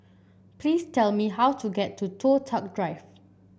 please tell me how to get to Toh Tuck Drive